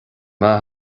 maith